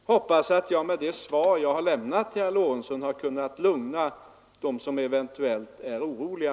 Herr talman! Jag hoppas att jag med det svar jag lämnat till herr Lorentzon på den här punkten har kunnat lugna dem som eventuellt är oroliga.